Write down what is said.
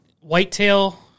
Whitetail